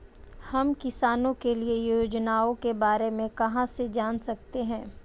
हम किसानों के लिए योजनाओं के बारे में कहाँ से जान सकते हैं?